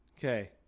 Okay